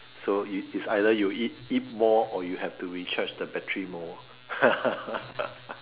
so it it's either you eat eat more or you have to recharge the battery more